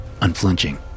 unflinching